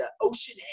Ocean